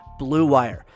BlueWire